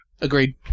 Agreed